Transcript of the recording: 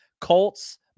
Colts